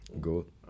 good